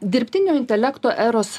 dirbtinio intelekto eros